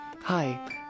hi